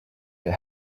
they